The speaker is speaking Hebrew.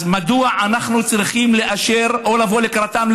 אז מדוע אנחנו צריכים לאשר או לבוא לקראתם,